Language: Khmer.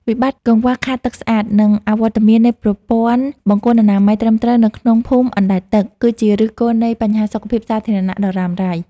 វិបត្តិកង្វះខាតទឹកស្អាត និងអវត្តមាននៃប្រព័ន្ធបង្គន់អនាម័យត្រឹមត្រូវនៅក្នុងភូមិអណ្តែតទឹក គឺជាឫសគល់នៃបញ្ហាសុខភាពសាធារណៈដ៏រ៉ាំរ៉ៃ។